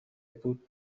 بود